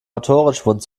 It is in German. autorenschwund